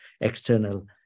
external